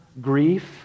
grief